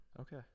Okay